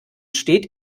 steht